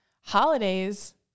holidays